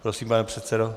Prosím, pane předsedo.